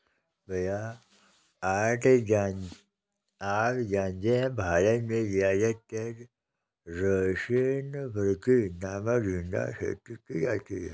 भैया आप जानते हैं भारत में ज्यादातर रोसेनबर्गी नामक झिंगा खेती की जाती है